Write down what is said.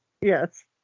Yes